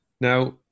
now